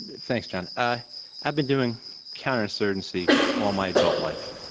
thanks, john. i've been doing counterinsurgency all my adult life.